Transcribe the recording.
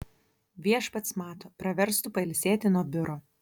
viešpats mato praverstų pailsėti nuo biuro